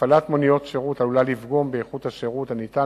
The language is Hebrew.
הפעלת מוניות שירות עלולה לפגום באיכות השירות הניתן